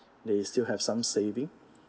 they still have some saving